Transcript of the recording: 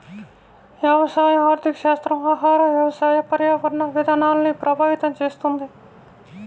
వ్యవసాయ ఆర్థికశాస్త్రం ఆహార, వ్యవసాయ, పర్యావరణ విధానాల్ని ప్రభావితం చేస్తుంది